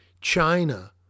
China